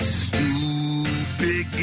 stupid